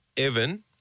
Evan